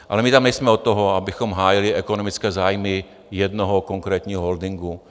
Ale my tam nejsme od toho, abychom hájili ekonomické zájmy jednoho konkrétního holdingu.